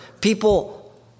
People